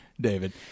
David